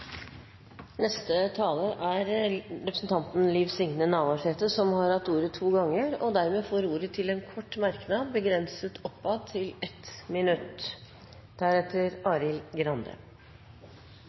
Representanten Liv Signe Navarsete har hatt ordet to ganger tidligere og får ordet til en kort merknad, begrenset til 1 minutt.